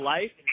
Life